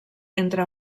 entre